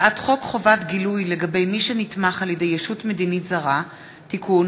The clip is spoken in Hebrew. הצעת חוק חובת גילוי לגבי מי שנתמך על-ידי ישות מדינית זרה (תיקון),